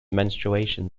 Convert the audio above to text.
menstruation